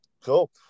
Cool